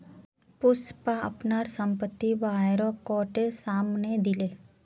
पुष्पा अपनार संपत्ति ब्योरा कोटेर साम न दिले